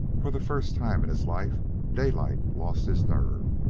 for the first time in his life daylight lost his nerve.